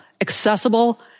accessible